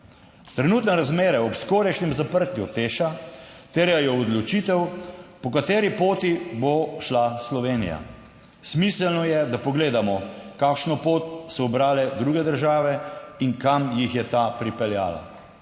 Trenutne razmere ob skorajšnjem zaprtju Teš terjajo odločitev, po kateri poti bo šla Slovenija. Smiselno je, da pogledamo, kakšno pot so ubrale druge države in kam jih je ta pripeljala.